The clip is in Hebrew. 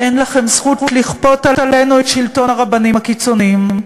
אין לכם זכות לכפות עלינו את שלטון הרבנים הקיצוניים,